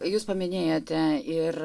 jūs paminėjote ir